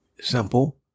simple